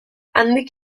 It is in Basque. handik